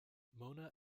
mona